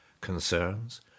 concerns